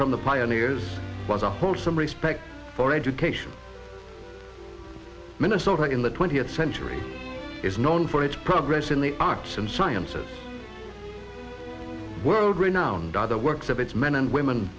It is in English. from the pioneers was a wholesome respect for education minnesota in the twentieth century is known for its progress in the arts and sciences world renowned other works of its men and women